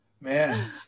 man